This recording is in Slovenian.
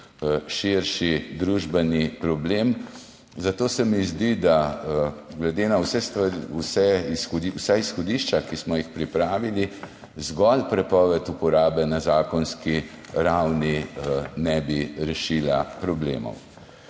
širši družbeni problem. Zato se mi zdi, da glede na vsa izhodišča, ki smo jih pripravili, zgolj prepoved uporabe na zakonski ravni ne bi rešila problemov.